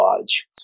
lodge